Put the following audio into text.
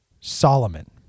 Solomon